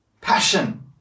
passion